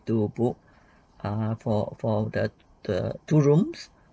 to book uh for for the the two rooms